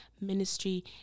ministry